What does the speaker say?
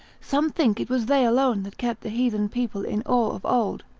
some think it was they alone that kept the heathen people in awe of old,